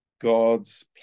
God's